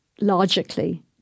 logically